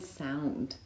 sound